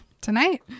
Tonight